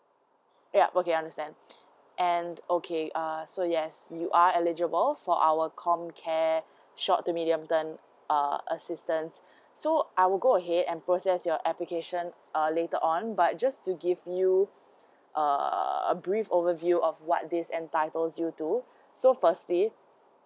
yeah okay understand and okay uh so yes you are eligible for our com care short to medium term uh assistance so I will go ahead and process your application uh later on but just to give you err brief overview of what this entitles you to so firstly